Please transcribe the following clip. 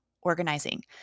organizing